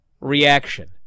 reaction